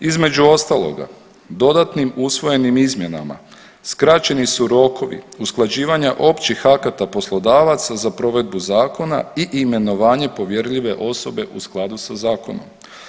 Između ostaloga dodatnim usvojenim izmjenama skraćeni su rokovi usklađivanja općih akata poslodavaca za provedbu zakona i imenovanje povjerljive osobe u skladu sa zakonom.